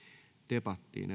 debattiin